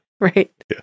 right